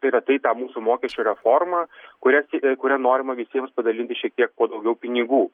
tai yra tai tą mūsų mokesčių reformą kurias kuria norima visiems padalyti šiek tiek po daugiau pinigų